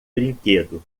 brinquedo